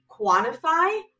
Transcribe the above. quantify